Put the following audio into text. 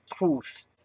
Truth